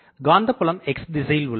காந்தபுலம் X திசையில் உள்ளது